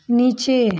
नीचे